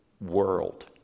world